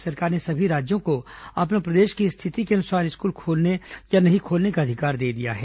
केन्द्र सरकार ने सभी राज्यों को अपने प्रदेश की स्थिति के अनुसार स्कूल खोलने या नहीं खोलने का अधिकार दे दिया है